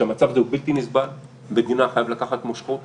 שהמצב הוא בלתי נסבל, המדינה חייבת לקחת מושכות.